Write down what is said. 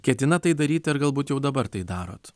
ketinat tai daryti ar galbūt jau dabar tai darot